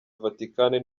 vatican